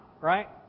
right